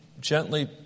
gently